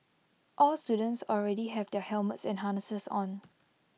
all students already have their helmets and harnesses on